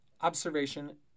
Observation